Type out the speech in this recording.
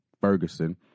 Ferguson